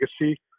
legacy